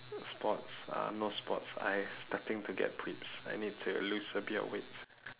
sports uh no sports I starting to get I need to lose a bit of weight